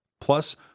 Plus